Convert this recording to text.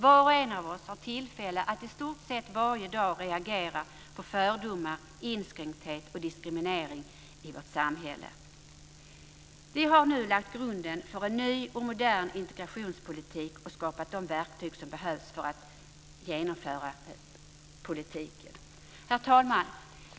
Var och en av oss har tillfälle att i stort sett varje dag reagera på fördomar, inskränkthet och diskriminering i vårt samhälle. Vi har nu lagt grunden för en ny och modern integrationspolitik och skapat de verktyg som behövs för att genomföra politiken. Herr talman!